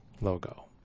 logo